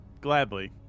Gladly